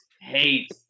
hate